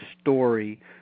story